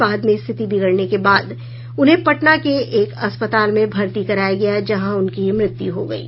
बाद में स्थिति बिगड़ने के बाद उन्हें पटना के एक अस्पताल में भर्ती कराया गया जहां उनकी मृत्यु हो गयी